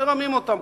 מרמים אותם.